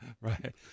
Right